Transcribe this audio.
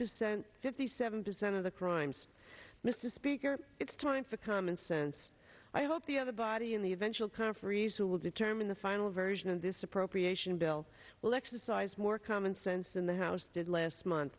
percent fifty seven percent of the crimes mrs speaker it's time for common sense i hope the other body in the eventual conferees who will determine the final version of this appropriation bill will exercise more common sense in the house did last month